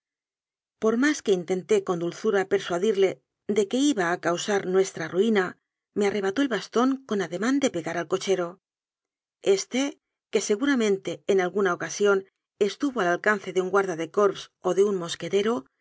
por más que intenté con dulzura per suadirle de que iba a causar nuestra ruina me arrebató el bastón con ademán de pegar al coche ro este que seguramente en alguna ocasión es tuvo al alcance de un guardia de corps o de un mosquetero